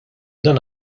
dan